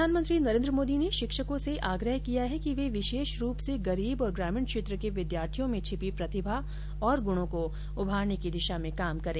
प्रधानमंत्री नरेन्द्र मोदी ने शिक्षकों से आग्रह किया है कि वे विशेष रूप से गरीब और ग्रामीण क्षेत्र के विद्यार्थियों में छिपी प्रतिभा और गुणों को उभारने की दिशा में काम करें